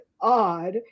odd